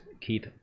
Keith